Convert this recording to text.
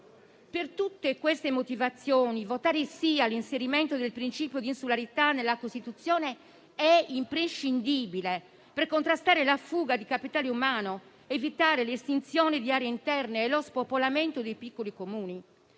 Per tutte queste motivazioni, votare sì all'inserimento del principio di insularità nella Costituzione è imprescindibile per contrastare la fuga di capitale umano ed evitare l'estinzione di aree interne e lo spopolamento dei piccoli Comuni.